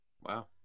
wow